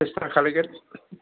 सेस्था खालामगोन